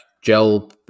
gel